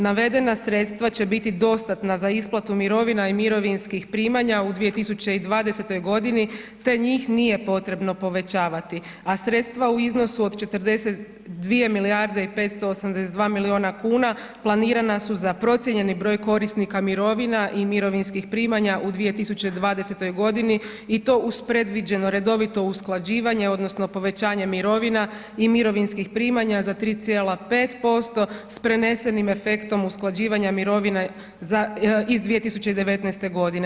Navedena sredstva će biti dostatna za isplatu mirovina i mirovinskih primanja u 2020. godini te njih nije potrebno povećavati a sredstva u iznosu od 42 milijarde i 582 milijuna kuna planirana su za procijenjeni broj korisnika mirovina i mirovinskih primanja u 2020. godini i to uz predviđeno redovito usklađivanje, odnosno povećanje mirovina i mirovinskih primanja za 3,5% s prenesenim efektom usklađivanja mirovina iz 2019. godine.